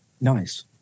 Nice